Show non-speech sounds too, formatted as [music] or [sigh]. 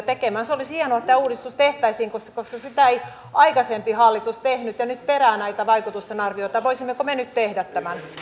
[unintelligible] tekemään se olisi hienoa että tämä uudistus tehtäisiin koska sitä ei aikaisempi hallitus tehnyt ja nyt perään näitä vaikutusten arvioita voisimmeko me nyt tehdä tämän